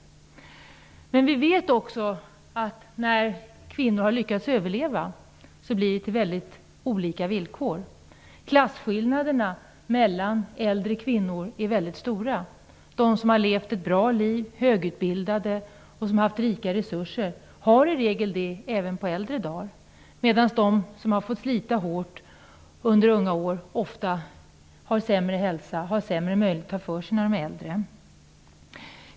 Men vi vet också att kvinnor som har lyckats överleva får väldigt olika villkor. Klasskillnaderna mellan äldre kvinnor är stora. De som har levt ett bra liv, dvs. de som är högutbildade och har haft rika resurser, får det i regel bra även på äldre dar, medan de som under unga år har fått slita hårt ofta får sämre hälsa och sämre möjligheter att ta för sig när de blir äldre.